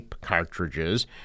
cartridges